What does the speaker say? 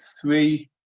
three